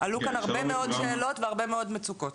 עלו כאן הרבה מאוד שאלות והרבה מאוד מצוקות.